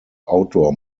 outdoor